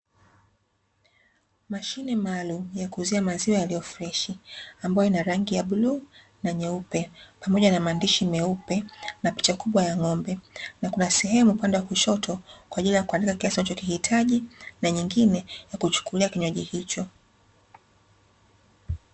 Mashine maalumu ya kuuzia maziwa freshi ambayo ina rangi ya bluu na nyeupe, pamoja na maandishi meupe na picha kubwa ya ng'ombe, na kuna sehemu upande wa kushoto kwa ajili ya kuandika kiasi unachohitaji, na nyingine ya kuchukulia kinywaji hicho.